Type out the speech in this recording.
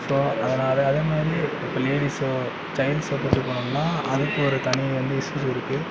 so அதனால் அதேமாதிரி இப்போ லேடீஸோ சைல்ட்ஸோ கூப்பிட்டுப்போனோம்னா அதுக்கு ஒரு தனி வந்து இஷ்யூஸ் இருக்குது